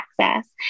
access